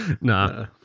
Nah